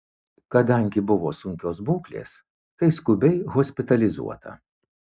kadangi buvo sunkios būklės tai skubiai hospitalizuota